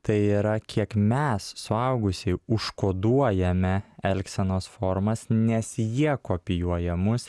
tai yra kiek mes suaugusieji užkoduojame elgsenos formas nes jie kopijuoja mus